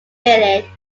village